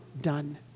done